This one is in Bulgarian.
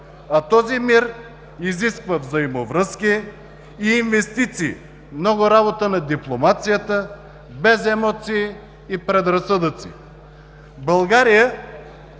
а този мир изисква взаимовръзки и инвестиции, много работа на дипломацията без емоции и предразсъдъци. България